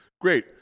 Great